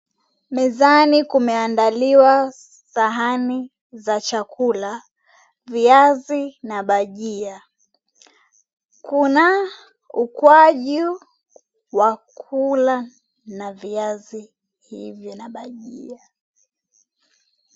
Mezani kumeandaliwa sahani za chakula viazi na bajia kuna ukwaju wakukula viazi hizi na bajia.